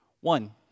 One